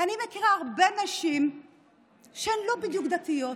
אני מכירה הרבה נשים שהן לא בדיוק דתיות,